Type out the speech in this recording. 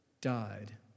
died